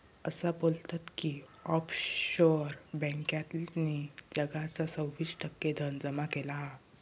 असा बोलतत की ऑफशोअर बॅन्कांतल्यानी जगाचा सव्वीस टक्के धन जमा केला हा